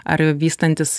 ar vystantis